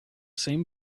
same